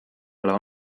ale